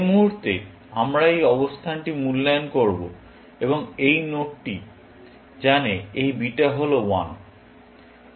যে মুহুর্তে আমরা এই অবস্থানটি মূল্যায়ন করব এবং এই নোডটি জানে এই বিটা হল 1